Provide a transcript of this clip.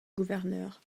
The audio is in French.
gouverneur